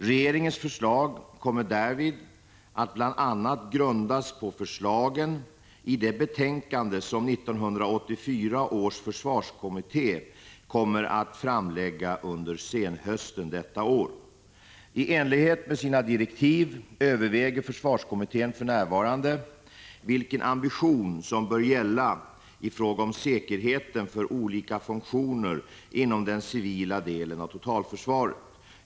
Regeringens förslag kommer därvid att bl.a. CO '”försvarets utrustgrundas på förslagen i det betänkande som 1984 års försvarskommitté ning för mätning R radioaktivt nedfall kommer att framlägga under senhösten detta år. I enlighet med sina direktiv överväger försvarskommittén för närvarande vilken ambition som bör gälla i fråga om säkerheten för olika funktioner inom den civila delen av totalförsvaret.